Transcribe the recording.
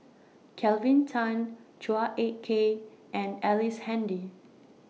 Kelvin Tan Chua Ek Kay and Ellice Handy